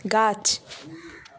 গাছ